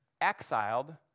exiled